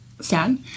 sad